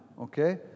okay